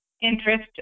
interest